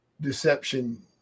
deception